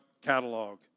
catalog